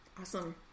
Awesome